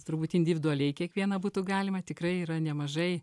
turbūt individualiai kiekvieną būtų galima tikrai yra nemažai